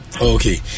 Okay